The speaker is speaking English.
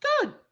good